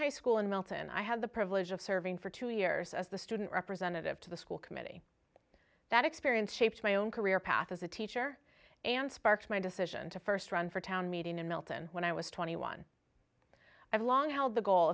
high school in milton i had the privilege of serving for two years as the student representative to the school committee that experience shaped my own career path as a teacher and sparks my decision to first run for town meeting in milton when i was twenty one i've long held the goal